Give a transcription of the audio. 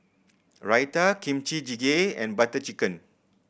Raita Kimchi Jjigae and Butter Chicken